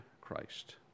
Christ